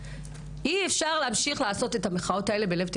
ואי אפשר להמשיך לעשות את המחאות האלה בלב תל-אביב.